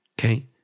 okay